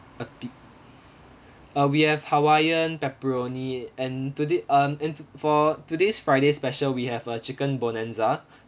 uh pi~ uh we have hawaiian pepperoni and toda~ um and to~ for today's friday special we have a chicken bonanza